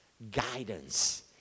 guidance